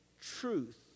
truth